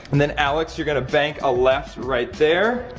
and then alex, you're gonna bank a left right there.